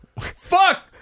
Fuck